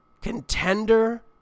contender